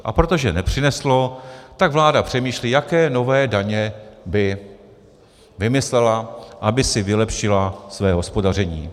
A protože nepřineslo, tak vláda přemýšlí, jaké nové daně by vymyslela, aby si vylepšila své hospodaření.